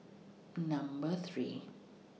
Number three